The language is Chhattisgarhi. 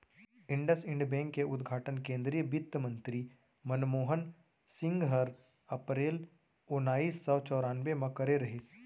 इंडसइंड बेंक के उद्घाटन केन्द्रीय बित्तमंतरी मनमोहन सिंह हर अपरेल ओनाइस सौ चैरानबे म करे रहिस